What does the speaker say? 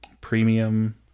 Premium